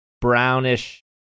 brownish